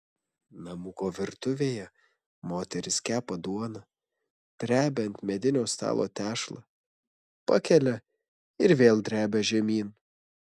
namuko virtuvėje moteris kepa duoną drebia ant medinio stalo tešlą pakelia ir vėl drebia žemyn